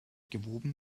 gewoben